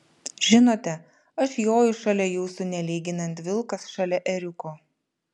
žinote aš joju šalia jūsų nelyginant vilkas šalia ėriuko